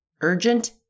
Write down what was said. urgent